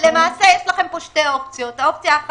למעשה יש לכם פה שתי אופציות: אחת,